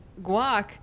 guac